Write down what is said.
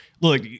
look